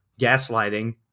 gaslighting